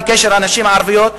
בקשר לנשים הערביות,